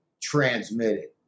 transmitted